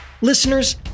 Listeners